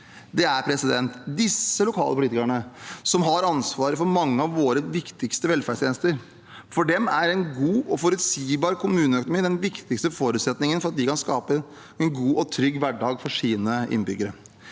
Det er disse lokale politikerne som har ansvaret for mange av våre viktigste velferdstjenester. For dem er en god og forutsigbar kommuneøkonomi den viktigste forutsetningen for at de kan skape en god og trygg hverdag for sine innbyggere.